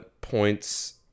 points